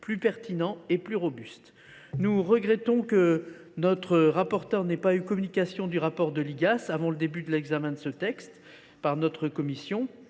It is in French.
plus pertinent et robuste. Nous regrettons que notre rapporteur n’ait pas eu communication du rapport de l’Igas avant le début de l’examen de la proposition de loi par notre commission.